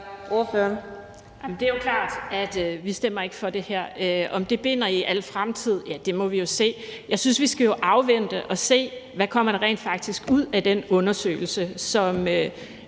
Det er klart, at vi ikke stemmer for det her. Binder det i al fremtid? Det må vi jo se. Jeg synes, vi skal afvente det og se, hvad der rent faktisk kommer ud af den undersøgelse, som